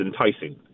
enticing